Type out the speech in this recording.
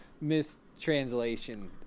mistranslation